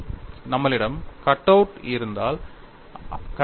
நம்மளிடம் cutout இருந்தால் கதை வேறு